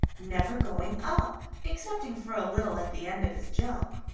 never going up, excepting for a little at the end of his jump,